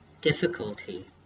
difficulty